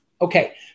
okay